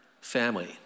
family